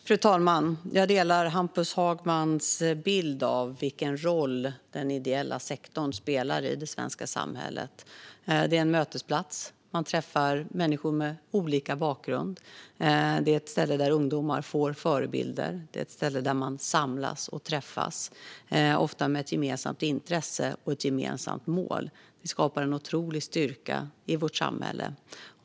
Fru talman! Jag delar Hampus Hagmans bild av vilken roll den ideella sektorn spelar i det svenska samhället. Det är en mötesplats. Man träffar människor med olika bakgrund. Det är ett ställe där ungdomar får förebilder. Det är ett ställe där man samlas och träffas, ofta med ett gemensamt intresse och ett gemensamt mål. Det skapar en otrolig styrka i vårt samhälle.